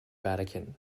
vatican